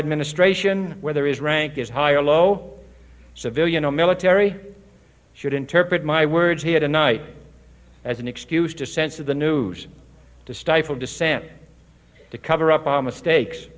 administration whether is ranked as high or low civilian or military should interpret my words here tonight as an excuse to censor the news to stifle dissent to cover up our mistakes